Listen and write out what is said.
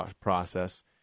process